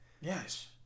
Yes